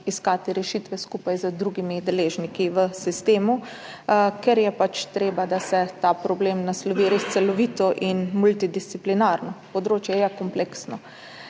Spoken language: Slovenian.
iskati rešitve skupaj z drugimi deležniki v sistemu, ker je pač treba, da se ta problem naslovi res celovito in multidisciplinarno. Področje je kompleksno.